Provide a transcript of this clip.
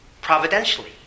Providentially